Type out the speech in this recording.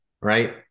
Right